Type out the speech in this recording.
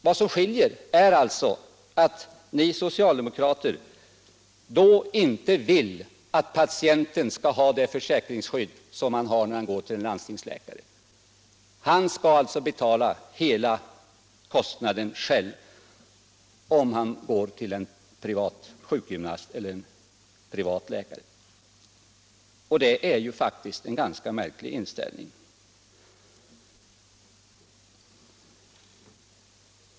Vad som skiljer är alltså att ni socialdemokrater inte vill att patienten skall ha det försäkringsskydd som han har när han går till en landstingsläkare. Han skall betala hela kostnaden själv om han går till en privat sjukgymnast eller en privat läkare. Och det är faktiskt en ganska märklig inställning.